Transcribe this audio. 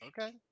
Okay